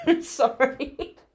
Sorry